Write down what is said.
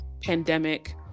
pandemic